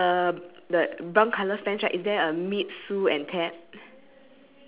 and then is it any differences with the goat like one have hair or don't know what like that